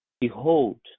behold